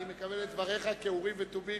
אני מקבל את דבריך כאורים ותומים,